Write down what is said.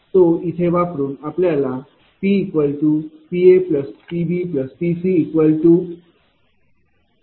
तो इथे वापरून आपल्याला PPAPBPC240×30×1